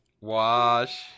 Wash